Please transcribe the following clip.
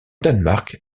danemark